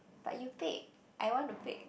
but you pick I want to pick